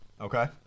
Okay